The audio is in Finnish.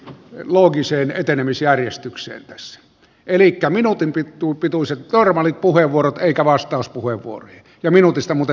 on loogisen etenemisjärjestyksiä jos ylitä minuutin pitunpituiset normaalit puheenvuorot eikä vastaus puhui vuori ja minuutissa mutta